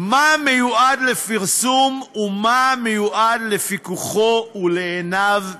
מה מיועד לפרסום ומה מיועד לפיקוחו ולעיניו בלבד.